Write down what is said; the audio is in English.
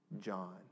John